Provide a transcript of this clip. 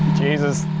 jesus